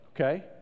okay